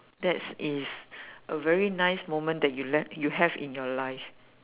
that's is a very nice moment that you le~ you have in your life